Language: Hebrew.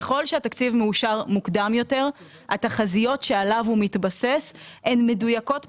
ככל שהתקציב מאושר מוקדם יותר התחזיות שעליו הוא מתבסס הן מדויקות פחות,